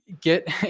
get